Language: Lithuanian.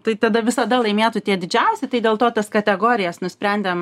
tai tada visada laimėtų tie didžiausi tai dėl to tas kategorijas nusprendėm